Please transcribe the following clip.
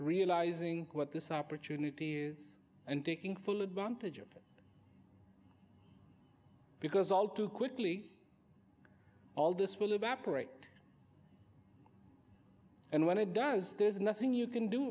realizing what this opportunity and taking full advantage of because all too quickly all this pool of apparatus and when it does there is nothing you can do